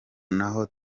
n’aho